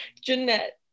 Jeanette